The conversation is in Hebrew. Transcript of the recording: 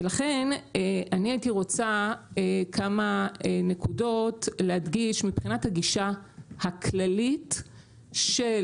ולכן אני הייתי רוצה כמה נקודות להדגיש מבחינת הגישה הכללית של